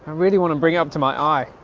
really want to bring up to my eye